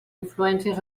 influències